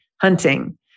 hunting